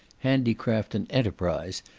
handicraft, and enterprise,